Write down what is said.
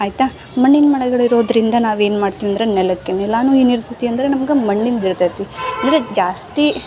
ಆಯಿತಾ ಮಣ್ಣಿನ ಮನೆಗಳು ಇರೋದರಿಂದ ನಾವೇನು ಮಾಡ್ತೀವಂದರೆ ನೆಲಕ್ಕೆ ನೆಲಾನು ಏನಿರ್ತೈತಿ ಅಂದರೆ ನಮ್ಗೆ ಮಣ್ಣಿನ ಬೀಳ್ತೈತಿ ಅಂದರೆ ಜಾಸ್ತಿ